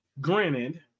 granted